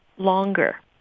longer